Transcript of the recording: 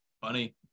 funny